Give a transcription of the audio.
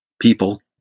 people